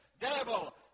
devil